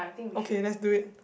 okay let's do it